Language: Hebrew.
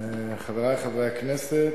חברי חברי הכנסת,